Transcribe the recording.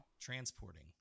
Transporting